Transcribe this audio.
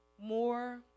more